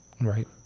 right